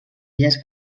illes